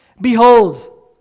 Behold